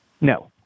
No